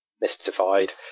mystified